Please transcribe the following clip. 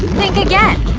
think again.